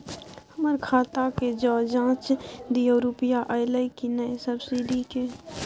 हमर खाता के ज जॉंच दियो रुपिया अइलै की नय सब्सिडी के?